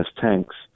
tanks